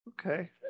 Okay